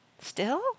Still